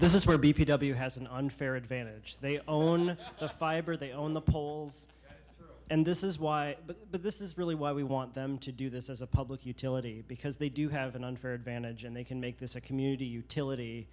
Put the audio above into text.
this is where b p w has an unfair advantage they own the fiber they own the poles and this is why this is really why we want them to do this as a public utility because they do have an unfair advantage and they can make this a community utility